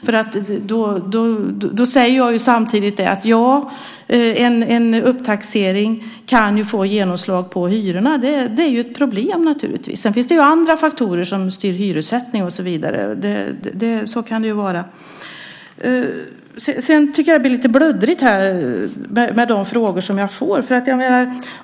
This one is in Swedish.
Samtidigt säger jag då: Ja, en upptaxering kan få genomslag på hyrorna, vilket naturligtvis är ett problem. Sedan finns det andra faktorer som styr hyressättningen och så vidare - så kan det vara. Jag tycker att det blir lite bluddrigt här när det gäller de frågor jag får.